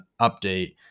update